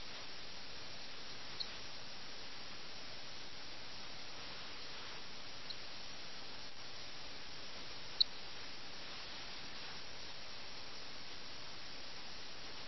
അതിനാൽ സമൂഹത്തിലെ ഈ നിഷേധാത്മക പ്രവർത്തനങ്ങളിൽ ലഖ്നൌവും അതിലെ സമ്പന്നരും ദരിദ്രരും ഒരുപോലെ ഉൾപ്പെട്ടിരിക്കുന്നു